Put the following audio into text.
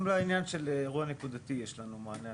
גם לעניין של אירוע נקודתי יש לנו מענה,